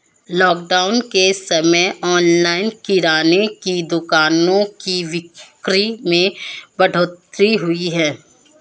lockdown के समय online किराने की दुकानों की बिक्री में बढ़ोतरी हुई है